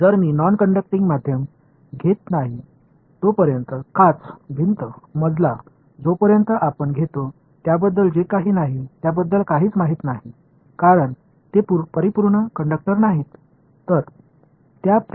எனவே நான் ஒரு கடத்தாத ஊடகத்தை எடுத்துக் கொண்டால் கண்ணாடி சுவர் தளத்தை நீங்கள் அறிந்தால் அவை சரியான கடத்துனர் அல்ல